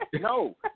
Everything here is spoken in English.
No